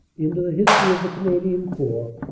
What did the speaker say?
into the history of the canadian corps,